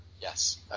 Yes